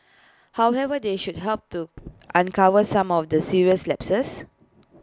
however they should help to uncover some of the serious lapses